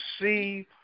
see